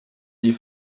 die